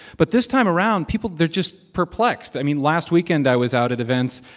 but this time around, people they're just perplexed. i mean, last weekend, i was out at events,